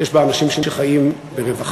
יש בה אנשים שחיים ברווחה,